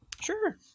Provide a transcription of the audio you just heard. Sure